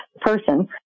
person